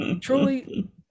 truly